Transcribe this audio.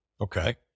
Okay